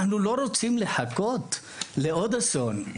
אנחנו לא רוצים לחכות לעוד אסון.